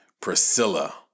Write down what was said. Priscilla